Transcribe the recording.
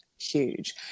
huge